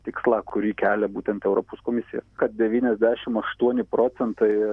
tikslą kurį kelia būtent europos komisija kad devyniasdešim aštuoni procentai